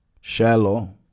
shallow